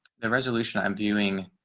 the resolution. i'm viewing